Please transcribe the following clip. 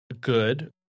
good